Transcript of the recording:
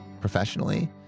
professionally